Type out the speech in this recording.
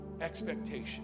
expectation